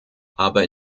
aber